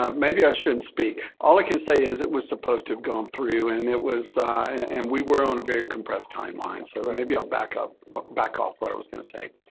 um maybe i shouldn't speak. all i can say is it was supposed to have gone through and it was and we were on a very compressed timeline. so but maybe i'll back up back off what i was going to say.